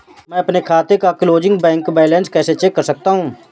मैं अपने खाते का क्लोजिंग बैंक बैलेंस कैसे चेक कर सकता हूँ?